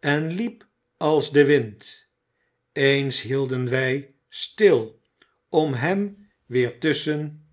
en liep als de wind eens hielden wij stil om hem weer tusschen